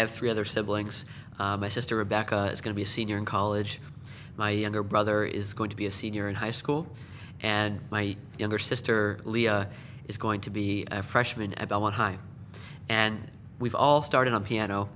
have three other siblings my sister rebecca is going to be a senior in college my younger brother is going to be a senior in high school and my younger sister is going to be a freshman at about one high and we've all started on piano